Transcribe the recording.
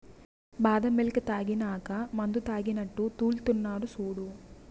బాదం మిల్క్ తాగినాక మందుతాగినట్లు తూల్తున్నడు సూడు